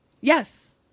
Yes